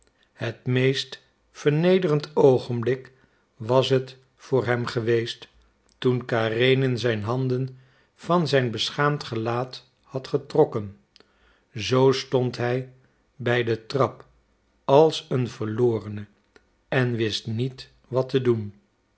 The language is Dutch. het meest vernederend oogenblik was het voor hem geweest toen karenin zijn handen van zijn beschaamd gelaat had getrokken zoo stond hij bij de trap als een verlorene en wist niet wat te doen